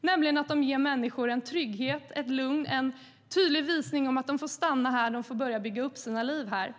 De ger människor trygghet, lugn och tydlig visshet om att de får stanna och kan bygga upp sina liv här.